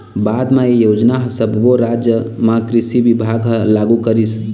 बाद म ए योजना ह सब्बो राज म कृषि बिभाग ह लागू करिस